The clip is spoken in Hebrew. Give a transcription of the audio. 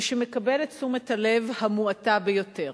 שמקבל את תשומת הלב המועטה ביותר.